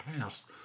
past